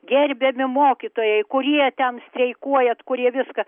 gerbiami mokytojai kurie ten streikuojat kurie viską